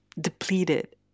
depleted